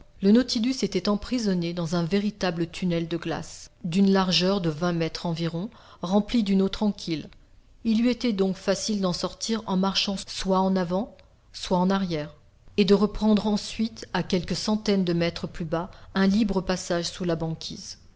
le nautilus était emprisonné dans un véritable tunnel de glace d'une largeur de vingt mètres environ rempli d'une eau tranquille il lui était donc facile d'en sortir en marchant soit en avant soit en arrière et de reprendre ensuite à quelques centaines de mètres plus bas un libre passage sous la banquise